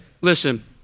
listen